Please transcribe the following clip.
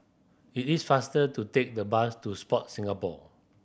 it is faster to take the bus to Sport Singapore